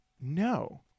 no